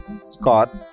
Scott